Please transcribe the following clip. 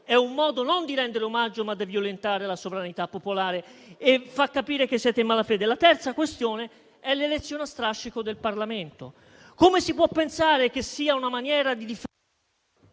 è un modo non di rendere omaggio, ma di violentare la sovranità popolare, e fa capire che siete in malafede. La terza questione è l'elezione a strascico del Parlamento. Come si può pensare che sia una maniera di...